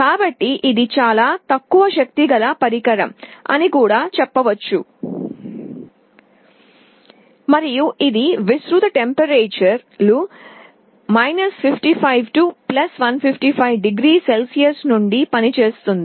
కాబట్టి ఇది చాలా తక్కువ శక్తి గల పరికరం అని కూడా చెప్పవచ్చు మరియు ఇది విస్తృత ఉష్ణోగ్రతల 55 to 155 డిగ్రీ సెల్సియస్ నుండి పనిచేస్తుంది